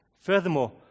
Furthermore